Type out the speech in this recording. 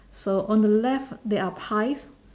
so on the left there are pies